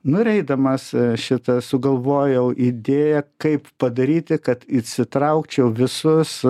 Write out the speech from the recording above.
nu ir eidamas šitą sugalvojau idėją kaip padaryti kad įsitraukčiau visus